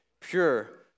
pure